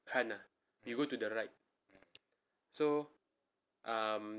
han ah we go to the right so um